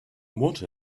what